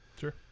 sure